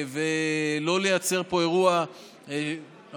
ולא לייצר פה אירוע של הצבעה נגד,